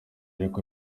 ariko